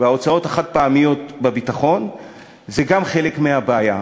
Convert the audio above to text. וההוצאות החד-פעמיות בביטחון הן גם חלק מהבעיה.